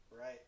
right